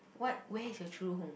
what where is your true home